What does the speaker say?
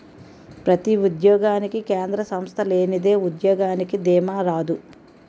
ప్రతి ఉద్యోగానికి కేంద్ర సంస్థ లేనిదే ఉద్యోగానికి దీమా రాదు